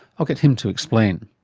i'll get him to explain.